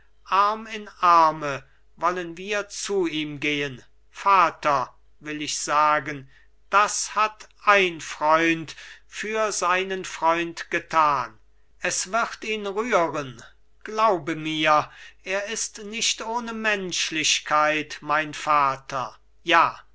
arm in arme wollen wir zu ihm gehen vater will ich sagen das hat ein freund für seinen freund getan es wird ihn rühren glaube mir er ist nicht ohne menschlichkeit mein vater ja